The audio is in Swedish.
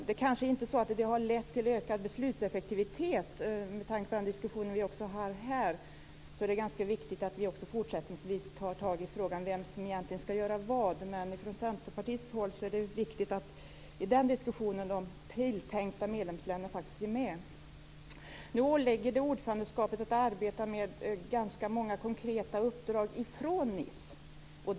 Det är kanske inte så att det har lett till ökad beslutseffektivitet med tanke på diskussionen vi har här, men det är viktigt att vi fortsättningsvis tar tag i frågan om vem som egentligen ska göra vad. Från Centerpartiets håll är det viktigt att de tilltänkta medlemsländerna är med i den diskussionen. Nu åligger det de som innehar ordförandeskapet att arbeta med ganska många konkreta uppdrag från Nice.